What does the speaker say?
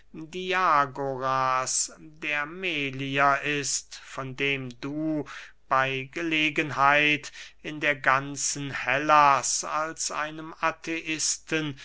diagoras der melier ist von dem du bey gelegenheit in der ganzen hellas als einem atheisten